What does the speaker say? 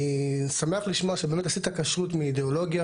אני שמח לשמוע שבאמת עשית כשרות מאידיאולוגיה.